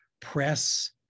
Press